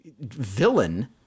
villain